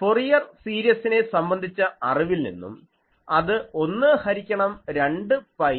Fourier സീരീസിനെ സംബന്ധിച്ച അറിവിൽ നിന്നും അത് 1 ഹരിക്കണം 2 പൈ